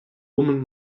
woman